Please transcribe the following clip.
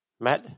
Matt